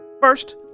First